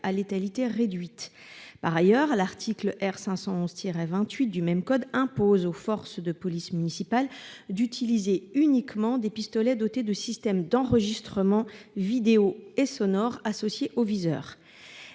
à létalité réduite. Par ailleurs, l'article R. 511-28 du même code impose aux forces de police municipale d'utiliser uniquement des pistolets dotés d'un système d'enregistrement vidéo et sonore associé au viseur.